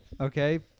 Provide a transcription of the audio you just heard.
okay